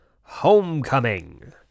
Homecoming